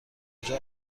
کجا